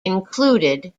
included